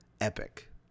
epic